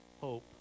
hope